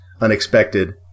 unexpected